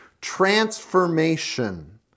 Transformation